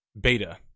beta